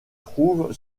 trouve